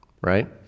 right